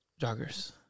joggers